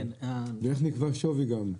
איך נקבע השווי, גם?